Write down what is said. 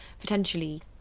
potentially